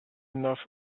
enough